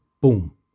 boom